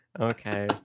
Okay